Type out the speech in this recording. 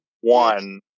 One